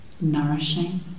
nourishing